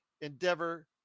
Endeavor